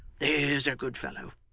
there's a good fellow!